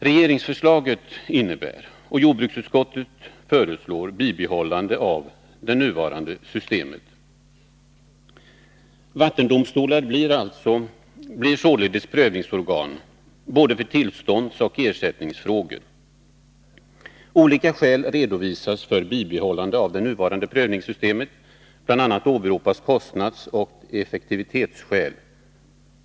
Regeringsförslaget innebär, och jordbruksutskottet föreslår, bibehållande av det nuvarande systemet. Vattendomstolar blir således prövningsorgan för både tillståndsoch ersättningsfrågor. Olika skäl redovisas för bibehållande av det nuvarande prövningssystemet. Bl. a. åberopas kostnadsoch effektivitetsskäl.